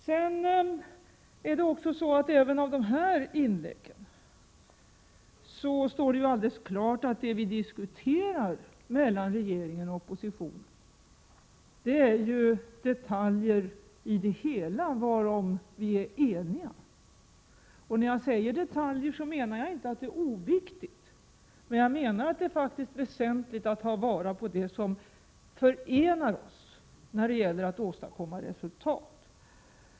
Det står alldeles klart även av inläggen här i debatten att det som vi diskuterar mellan regeringen och oppositionen är detaljer i det hela, varom vi är eniga. När jag säger detaljer menar jag inte att det är oviktigt. Jag menar att det är väsentligt att ta vara på det som förenar oss när det gäller att åstadkomma resultat.